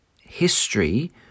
History